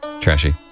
Trashy